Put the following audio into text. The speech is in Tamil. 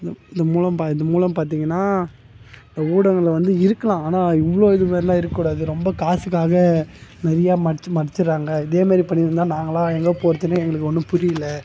இந்த இதுமூலம் பா இதுமூலம் பார்த்தீங்கன்னா இந்த ஊடகங்களில் வந்து இருக்கலாம் ஆனால் இவ்வளோ இதுமாதிரிலாம் இருக்கக்கூடாது ரொம்ப காசுக்காக நிறைய மறைத்து மறைச்சுவிட்றாங்க இது மாரி பண்ணியிருந்தா நாங்களெல்லாம் எங்கே போகிறதுன்னு எங்களுக்கு ஒன்றும் புரியல